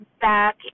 back